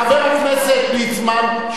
חבר הכנסת ליצמן,